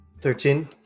Thirteen